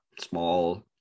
small